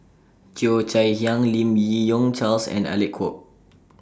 Cheo Chai Hiang Lim Yi Yong Charles and Alec Kuok